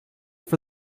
for